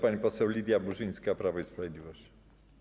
Pani poseł Lidia Burzyńska, Prawo i Sprawiedliwość.